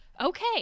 okay